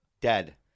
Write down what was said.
Dead